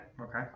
Okay